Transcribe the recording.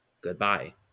Goodbye